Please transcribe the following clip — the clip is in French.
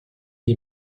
est